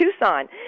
Tucson